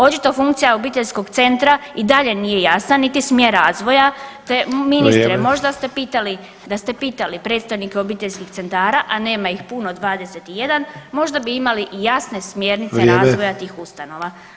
Očito funkcija obiteljskog centra i dalje nije jasan, niti smjer razvoja [[Upadica: Vrijeme.]] te ministre možda ste pitali, da ste pitali predstavnike obiteljskih centara, a nema ih puno 21, možda bi imali i jasne smjernice [[Upadica: Vrijeme.]] razvoja tih ustanova.